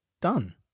done